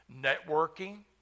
networking